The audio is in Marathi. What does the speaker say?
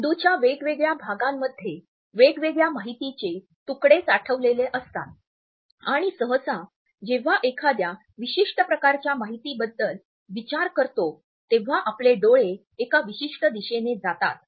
मेंदूच्या वेगवेगळ्या भागांमध्ये वेगवेगळ्या माहितीचे तुकडे साठवलेले असतात आणि सहसा जेव्हा एखाद्या विशिष्ट प्रकारच्या माहितीबद्दल विचार करतो तेव्हा आपले डोळे एका विशिष्ट दिशेने जातात